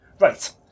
Right